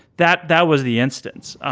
that that was the instance.